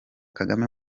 kagame